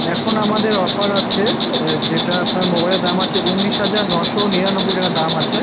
এখন আমাদের অফার আছে যেটা আপনার মোবাইলের দাম আছে উনিশ হাজার নশো নিরানব্বই টাকা দাম আছে